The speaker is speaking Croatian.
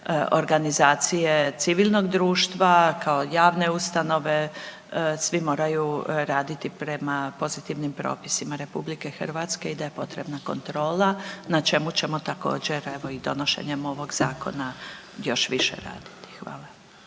organizacije civilnog društva kao javne ustanove, svi moraju raditi prema pozitivnim propisima RH i da je potrebna kontrola, na čemu ćemo također, evo i donošenjem ovog Zakona još više raditi. Hvala.